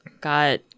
got